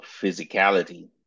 physicality